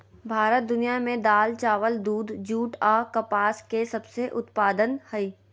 भारत दुनिया में दाल, चावल, दूध, जूट आ कपास के सबसे उत्पादन हइ